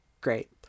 great